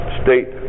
state